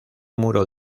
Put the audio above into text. muro